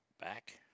Back